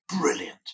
brilliant